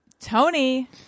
Tony